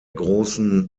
großen